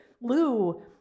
Lou